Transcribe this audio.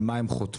על מה הם חותמים.